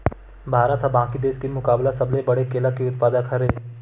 भारत हा बाकि देस के मुकाबला सबले बड़े केला के उत्पादक हरे